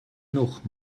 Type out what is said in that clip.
noch